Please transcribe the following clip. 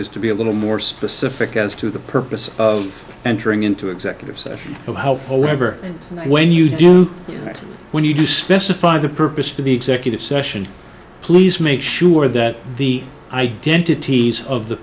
is to be a little more specific as to the purpose of entering into executive session to help wherever and when you do that when you specify the purpose for the executive session please make sure that the identities of the